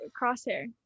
crosshair